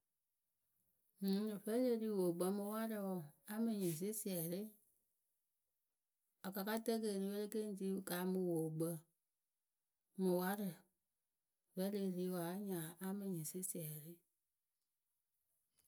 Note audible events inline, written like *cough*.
*hesitation* Vǝ́ e le ri wookpǝ mɨ warǝ wǝǝ a mɨ nyɩŋ sɩsiɛrɩ. Akakatǝkeeriwe le ke ŋ ri wɨ kaamɨ wookpǝ, mɨ warǝ vǝ́ e le ri wǝǝ a nya amɨ nyɩŋ sɩsiɛrɩ.